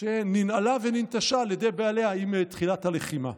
שננעלה וננטשה על ידי בעליה עם תחילת הלחימה.